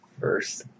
first